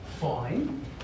fine